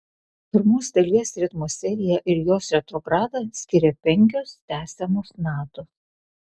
pirmos dalies ritmo seriją ir jos retrogradą skiria penkios tęsiamos natos